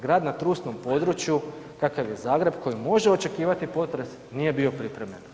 Grad na trusnom području kakav je Zagreb koji može očekivati potres, nije bio pripremljen.